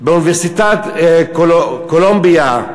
באוניברסיטת קולומביה,